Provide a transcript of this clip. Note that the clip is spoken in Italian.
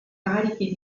carichi